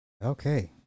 Okay